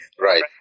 Right